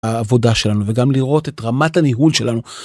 העבודה שלנו וגם לראות את רמת הניהול שלנו.